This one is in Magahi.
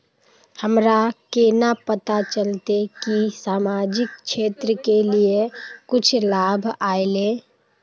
हमरा केना पता चलते की सामाजिक क्षेत्र के लिए कुछ लाभ आयले?